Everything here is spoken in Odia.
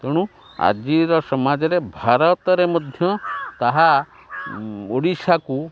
ତେଣୁ ଆଜିର ସମାଜରେ ଭାରତରେ ମଧ୍ୟ ତାହା ଓଡ଼ିଶାକୁ